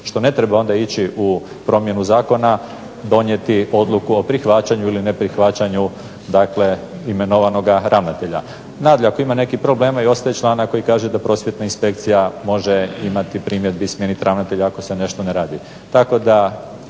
što ne treba onda ići u promjenu zakona, donijeti odluku o prihvaćanju ili neprihvaćanju dakle imenovanoga ravnatelja. Nadalje, ako ima nekih problema i ostaje članak koji kaže da Prosvjetna inspekcija može imati primjedbi, smijenit ravnatelja ako se nešto ne radi.